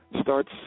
starts